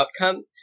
outcome